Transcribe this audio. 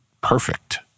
perfect